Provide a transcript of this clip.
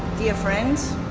dear friends.